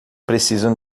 precisam